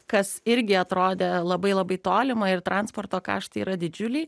kas irgi atrodė labai labai tolima ir transporto kaštai yra didžiuliai